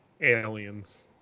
Aliens